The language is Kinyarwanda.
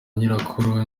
nyirakuru